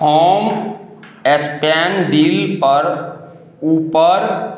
हम स्पैन डील पर ऊपर